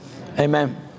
Amen